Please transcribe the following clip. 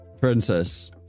princess